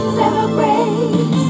celebrate